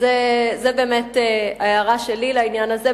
אז זאת באמת ההערה שלי לעניין הזה.